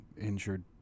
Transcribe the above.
injured